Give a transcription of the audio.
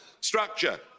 structure